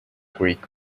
greek